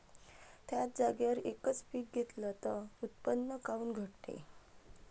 थ्याच जागेवर यकच पीक घेतलं त उत्पन्न काऊन घटते?